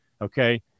Okay